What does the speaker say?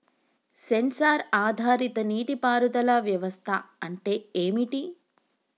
Censor ఆధారిత నీటి పారుదల వ్యవస్థ అంటే ఏమిటి?